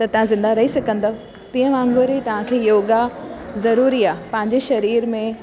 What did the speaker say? त तव्हां ज़िंदा रही सघंदव तीअं वांगुर ई तव्हांखे योगा ज़रूरी आहे तव्हांजे शरीर में